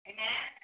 Amen